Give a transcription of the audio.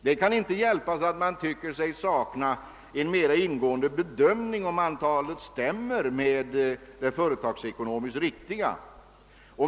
Det kan inte hjälpas att man tycker sig sakna en mer ingående bedömning av huruvida det föreslagna antalet är det företagsekonomiskt riktiga.